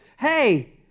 hey